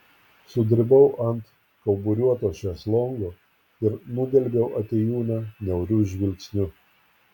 sudribau ant kauburiuoto šezlongo ir nudelbiau atėjūną niauriu žvilgsniu